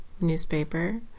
newspaper